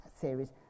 series